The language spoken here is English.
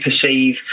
perceive